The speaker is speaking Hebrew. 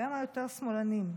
גם היותר-שמאלנים.